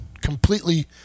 completely